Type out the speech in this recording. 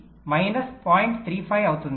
35 అవుతుంది